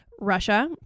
Russia